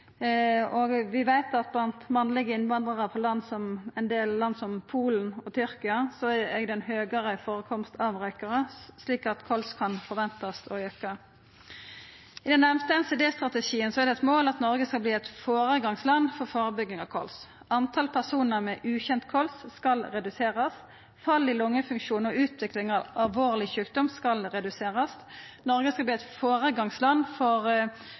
Og vi veit at blant mannlege innvandrarar frå ein del land som Polen og Tyrkia er det høgare førekomst av røykarar, slik at kols kan forventast å auka. I den nemnde NCD-strategien er det eit mål at Noreg skal verta eit føregangsland for førebygging av kols. Talet på personar med ukjend kols skal reduserast. Fall i lungefunksjon og utvikling av alvorleg sjukdom skal reduserast. Noreg skal verta eit føregangsland for